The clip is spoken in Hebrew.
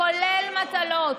כולל מטלות.